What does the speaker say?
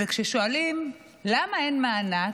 כששואלים למה אין מענק,